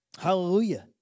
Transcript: Hallelujah